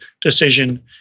decision